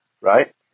Right